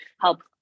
help